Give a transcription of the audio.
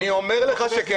אני אומר לך שכן.